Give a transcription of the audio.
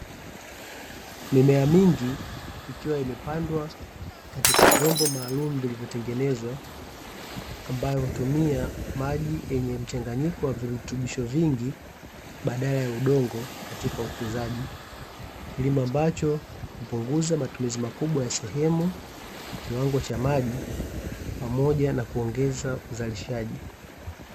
Mimea mingi ikiwa imepandwa katika vyombo maalumu vilivyotengenezwa, ambayo hutumia maji yenye mchanganyiko wa virutubisho vingi, badala ya udongo katika ukuzaji, kilimo ambacho hupunguza matumizi makubwa ya sehemu, kiwango cha maji pamoja na kuongeza uzalishaji.